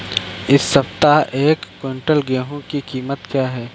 इस सप्ताह एक क्विंटल गेहूँ की कीमत क्या है?